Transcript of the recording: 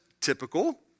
typical